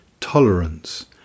tolerance